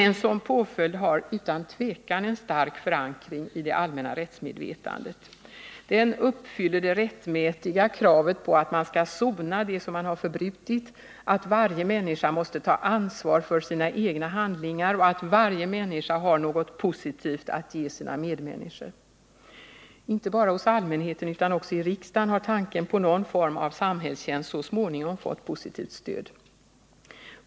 En sådan påföljd har utan tvivelen stark förankring i det allmänna rättsmedvetandet. Den uppfyller det rättmätiga kravet på att man skall sona det som man har förbrutit, att varje människa måste ta ansvar för sina egna handlingar och att varje människa har något positivt att ge sina medmänniskor. Inte bara hos allmänheten, utan också i riksdagen, har tanken på någon form av samhällstjänst så småningom fått positivt stöd.